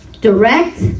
direct